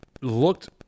looked